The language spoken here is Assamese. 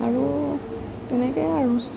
আৰু তেনেকৈয়ে আৰু